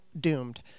doomed